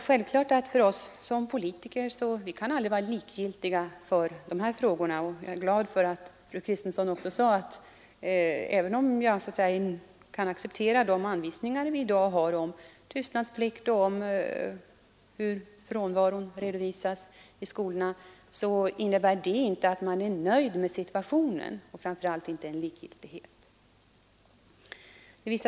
Självfallet kan vi politiker aldrig ställa oss likgiltiga till dessa frågor. Jag är också glad över att fru Kristensson sade, att även om jag accepterar de anvisningar vi i dag har om tystnadsplikt och om hur frånvaron skall redovisas i skolorna, så innebär inte det att jag behöver vara nöjd med situationen. Och framför allt innebär det ingen likgiltighet. likgiltighet.